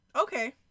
Okay